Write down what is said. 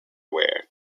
ware